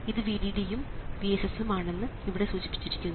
ഇത് VDD ഉം VSS ഉം ആണെന്ന് ഇവിടെ സൂചിപ്പിച്ചിരിക്കുന്നു